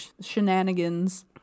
shenanigans